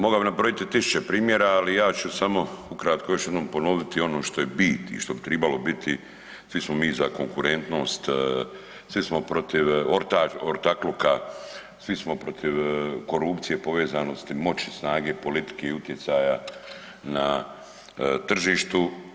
Mogao bih nabrojiti tisuće primjera ali ja ću samo ukratko još jednom ponoviti ono što je bit i što bi tribalo biti svi smo mi za konkurentnost, svi smo protiv ortakluka, svi smo protiv korupcije, povezanosti moći i snage politike i utjecaja na tržištu.